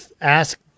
ask